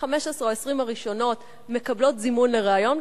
ו-15 או 20 הראשונות מקבלות זימון לריאיון,